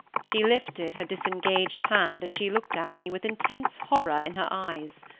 she lifted her disengaged hand, as she looked at me with intense horror in her eyes.